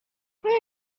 where